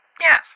Yes